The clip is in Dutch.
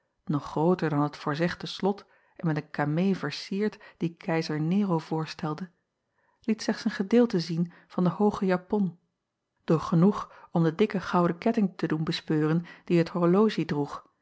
nog grooter dan het voorzegde slot en met een camée vercierd die keizer ero voorstelde liet slechts een gedeelte zien van de hooge japon doch genoeg om de dikke gouden ketting te doen bespeuren die het horologie droeg